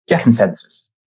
consensus